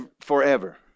forever